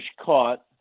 caught